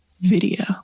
video